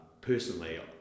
personally